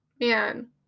man